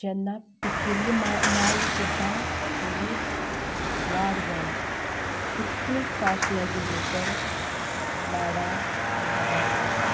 जेन्ना पिकिल्ले नाल्ल सुद्दां ताजी वाड जायना इतली फास्ट हें डिजिटल माडांक काबार केले